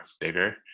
bigger